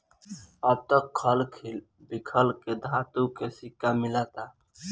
अब त खल बिखल के धातु के सिक्का मिलता